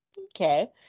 Okay